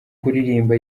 kuririmba